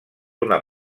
una